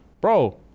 bro